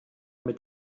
mit